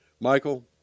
Michael